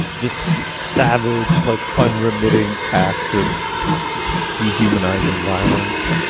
just savage like unremitting acts of dehumanizing violence,